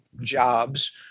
jobs